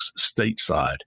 stateside